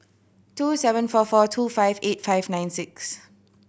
two seven four four two five eight five nine six